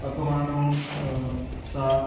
अपमानं सा